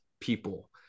people